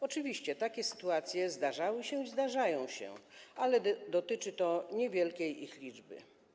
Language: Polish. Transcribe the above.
Oczywiście takie sytuacje zdarzały się i zdarzają się, ale dotyczy to niewielkiej ich liczby.